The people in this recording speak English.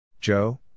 Joe